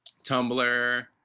Tumblr